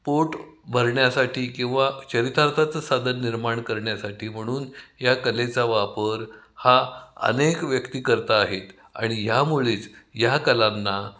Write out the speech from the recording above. पोट भरण्यासाठी किंवा चरितार्थाचं साधन निर्माण करण्यासाठी म्हणून ह्या कलेचा वापर हा अनेक व्यक्ती करत आहेत आणि ह्यामुळेच ह्या कलांना